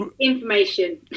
Information